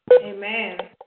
Amen